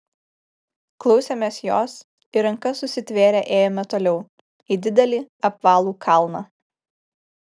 klausėmės jos ir rankas susitvėrę ėjome toliau į didelį apvalų kalną